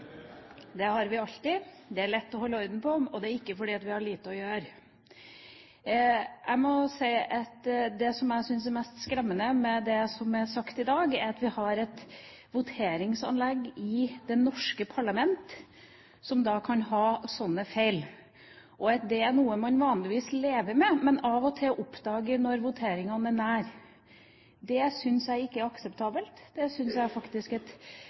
Det har vi alltid. Det er lett å holde orden på, og det er ikke fordi vi har lite å gjøre. Det som jeg syns er det mest skremmende med det som er sagt i dag, er at vi har et voteringsanlegg i det norske parlament som har slike feil. Det er noe man vanligvis lever med, men av og til oppdager når voteringene er tette. Det syns jeg ikke er akseptabelt. Det syns jeg faktisk